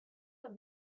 have